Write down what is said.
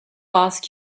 ask